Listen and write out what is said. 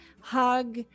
hug